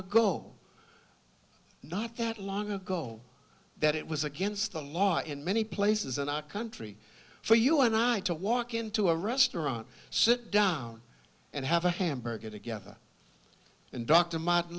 ago not that long ago that it was against the law in many places in our country for you and i to walk into a restaurant sit down and have a hamburger together and dr martin